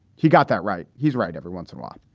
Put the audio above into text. he got that right. he's right. everyone's and wrong.